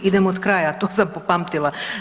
Idem od kraja, to sam popamtila.